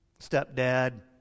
stepdad